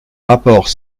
rapport